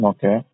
Okay